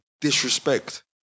disrespect